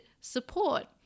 support